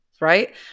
right